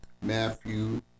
Matthew